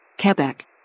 Quebec